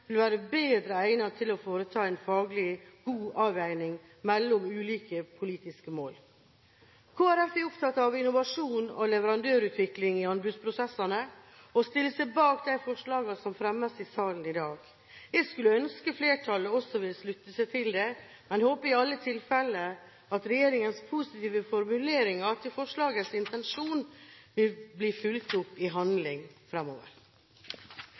bedre egnet til å foreta en faglig god avveining mellom ulike politiske mål. Kristelig Folkeparti er opptatt av innovasjon og leverandørutvikling i anbudsprosessene, og stiller seg bak de forslagene som fremmes i salen i dag. Jeg skulle ønske flertallet også ville slutte seg til, men håper i alle tilfelle at regjeringens positive formuleringer til forslagets intensjon vil bli fulgt opp i handling